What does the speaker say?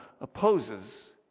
opposes